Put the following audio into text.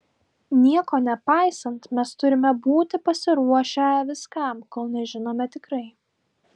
nieko nepaisant mes turime būti pasiruošę viskam kol nežinome tikrai